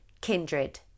Kindred